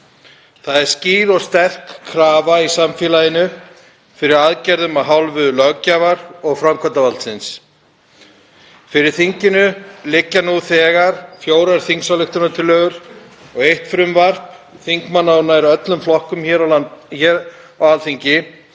Það er skýr og sterk krafa í samfélaginu um aðgerðir af hálfu löggjafar- og framkvæmdarvaldsins. Fyrir þinginu liggja nú þegar fjórar þingsályktunartillögur og eitt frumvarp þingmanna úr nær öllum flokkum hér á Alþingi,